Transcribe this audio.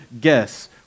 guess